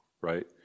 right